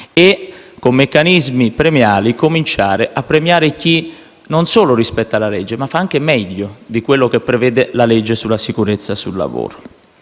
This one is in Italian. e, con meccanismi premiali, iniziare a premiare chi non solo rispetta le norme, ma fa anche meglio di quello che la legge sulla sicurezza sul lavoro